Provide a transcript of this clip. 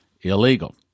illegal